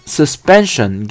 suspension